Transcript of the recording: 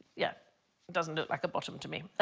yeah, it doesn't look like a bottom to me